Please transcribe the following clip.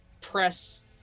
Press